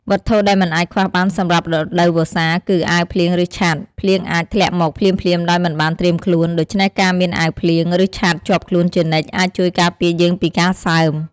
វត្ថុដែលមិនអាចខ្វះបានសម្រាប់រដូវវស្សាគឺ អាវភ្លៀង ឬ ឆ័ត្រ។ ភ្លៀងអាចធ្លាក់មកភ្លាមៗដោយមិនបានត្រៀមខ្លួន ដូច្នេះការមានអាវភ្លៀង ឬឆ័ត្រជាប់ខ្លួនជានិច្ច អាចជួយការពារយើងពីការសើម។